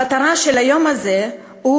המטרה של היום הזה היא